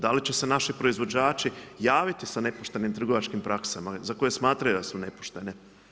Da li će se naši proizvođači javiti sa nepoštenim trgovačkim praskama, za koje smatraju da su nepoštene.